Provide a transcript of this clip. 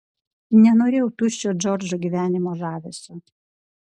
nenorėjau tuščio džordžo gyvenimo žavesio